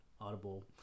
Audible